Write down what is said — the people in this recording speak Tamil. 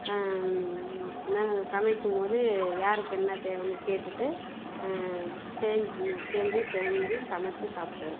நான் சமைக்கும் போது யாருக்கு என்ன தேவைனு கேட்டுட்டு செஞ்சி சேர்ந்து செஞ்சு சமைச்சி சாப்பிடுவோம்